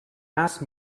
asked